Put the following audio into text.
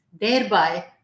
thereby